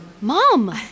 Mom